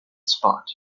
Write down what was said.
spot